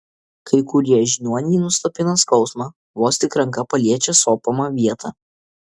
kai kurie žiniuoniai nuslopina skausmą vos tik ranka paliečia sopamą vietą